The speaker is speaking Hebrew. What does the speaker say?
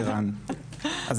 ערן טרטאקובסקי,